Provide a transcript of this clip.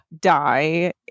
die